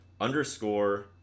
underscore